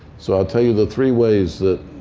so i'll tell you the three ways that